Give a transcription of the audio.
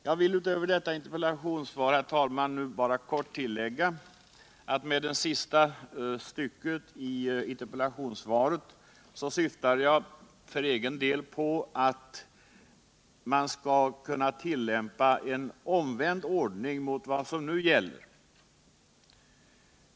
Jag vill utöver detta interpellationssvar. herr talman, nu bara kort tillägga att med det sista stycket i interpellationssvaret syftar jag för egen del på at man skall kunna tillämpa en omviind ordning mot vad som nu gäller.